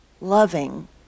loving